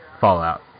Fallout